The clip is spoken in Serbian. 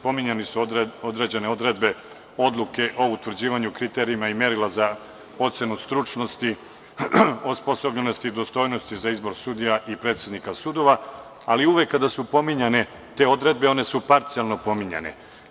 Pominjane su određene odredbe Odluke o utvrđivanju kriterijuma i merila za ocenu stručnosti, osposobljenosti i dostojnosti za izbor sudija i predsednika sudova, ali uvek kada su pominjane te odredbe one su parcijalno pominjane.